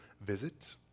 visit